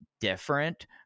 different